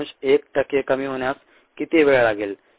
1 टक्के कमी होण्यास किती वेळ लागेल